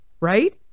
right